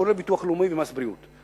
כולל ביטוח לאומי ומס בריאות.